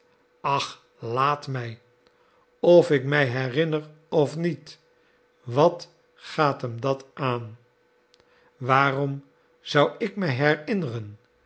ach laat mij of ik mij herinner of niet wat gaat hem dat aan waarom zou ik mij herinneren